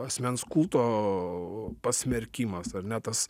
asmens kulto pasmerkimas ar ne tas